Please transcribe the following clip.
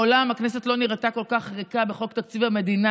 מעולם הכנסת לא נראתה כל כך ריקה בחוק תקציב המדינה.